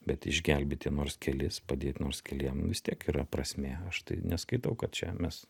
bet išgelbėti nors kelis padė nors keliem vis tiek yra prasmė aš tai neskaitau kad čia mes